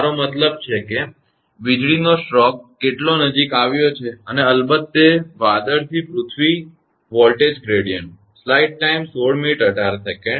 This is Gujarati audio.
મારો મતલબ કે વીજળીનો સ્ટ્રોક કેટલો નજીક આવ્યો છે અને અલબત્ત તે વાદળથી પૃથ્વી વોલ્ટેજ ગ્રેડીયંટ